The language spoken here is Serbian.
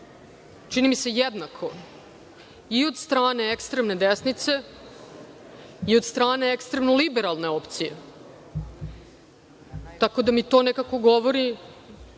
čini mi se jednako i od strane ekstremne desnice i od strane ekstremno liberalne opcije. Tako da mi to nekako govori